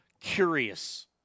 Curious